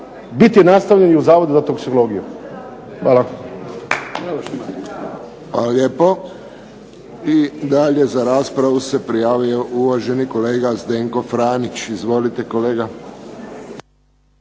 biti nastavljen i u Zavodu za toksikologiju. Hvala. **Friščić, Josip (HSS)** Hvala. I dalje za raspravu se prijavio uvaženi kolega Zdenko Franić. Izvolite.